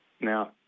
Now